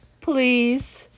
please